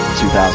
2000